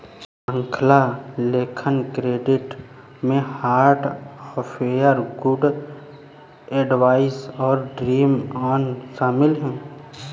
श्रृंखला लेखन क्रेडिट में हार्ट अफेयर, गुड एडवाइस और ड्रीम ऑन शामिल हैं